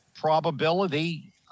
probability